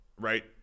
Right